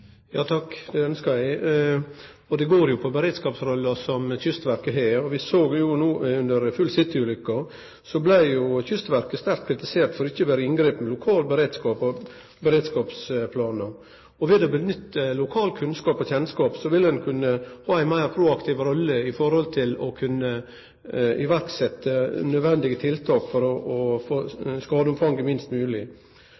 Ja takk, det ønskjer eg. Det går på beredskapsrolla som Kystverket har. Vi såg no at under «Full City»-ulukka blei Kystverket sterkt kritisert for ikkje å vere i inngrep med lokale beredskapsplanar, og ved å bruke lokal kunnskap og kjennskap vil ein kunne ha ei meir proaktiv rolle når det gjeld å kunne setje i verk nødvendige tiltak for å få